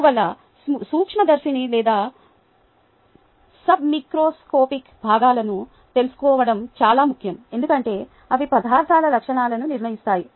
అందువల్ల సూక్ష్మదర్శిని లేదా సబ్మిక్రోస్కోపిక్ భాగాలను తెలుసుకోవడం చాలా ముఖ్యం ఎందుకంటే అవి పదార్థాల లక్షణాలను నిర్ణయిస్తాయి